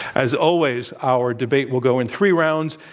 as always, our debate will go in three rounds,